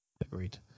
agreed